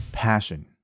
passion